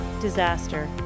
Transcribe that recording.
disaster